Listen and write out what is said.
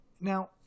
Now